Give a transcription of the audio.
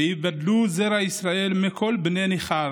ויבדלו זרע ישראל מכל בני נכר